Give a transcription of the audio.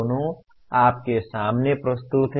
दोनों आपके सामने प्रस्तुत हैं